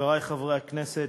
חברי חברי הכנסת,